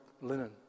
linen